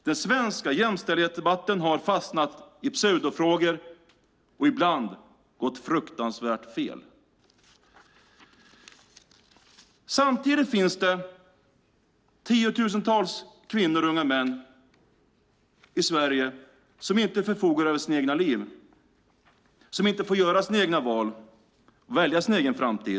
Den svenska jämställdhetsdebatten har fastnat i pseudofrågor och ibland gått fruktansvärt fel. Samtidigt finns det tiotusentals kvinnor, och unga män, i Sverige som inte förfogar över sina egna liv. De får inte göra sina egna val eller välja sin egen framtid.